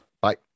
Bye